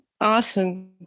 Awesome